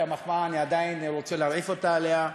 המחמאה אני עדיין רוצה להרעיף אותה עליה.